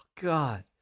God